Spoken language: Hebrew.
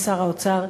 אדוני שר האוצר,